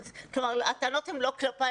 הטענות הן לא כלפיך.